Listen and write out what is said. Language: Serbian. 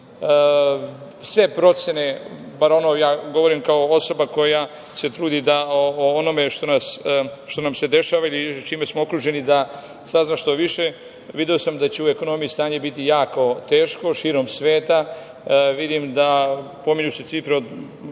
Sve procene, ja govorim kao osoba koja se trudi da o onome što nam se dešava ili čime smo okruženi da sazna što više, video sam da će u ekonomiji stanje biti jako teško širom sveta. Vidim da se pominju cifre od